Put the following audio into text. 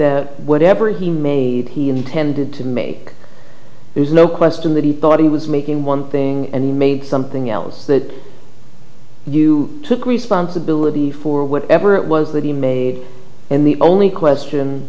you whatever he may he intended to make there's no question that he thought he was making one thing and made something else that you took responsibility for whatever it was that he made and the only question